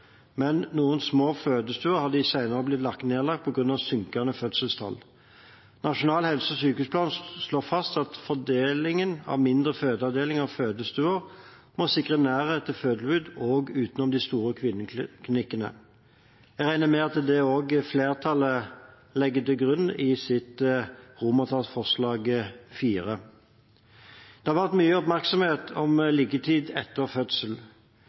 men noen små fødestuer har de senere år blitt nedlagt på grunn av synkende fødselstall. Nasjonal helse- og sykehusplan slår fast at fordelingen av mindre fødeavdelinger og fødestuer må sikre nærhet til fødetilbud, også utenom de store kvinneklinikkene. Jeg regner med at det også er det flertallet legger til grunn i sitt forslag til vedtak IV. Det har vært mye oppmerksomhet om liggetid etter fødsel.